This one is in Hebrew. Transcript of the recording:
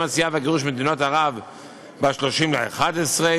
היציאה והגירוש ממדינות ערב ב-30 בנובמבר.